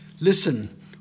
listen